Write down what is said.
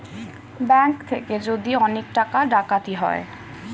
bank থেকে যদি অনেক টাকা ডাকাতি হয়